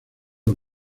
los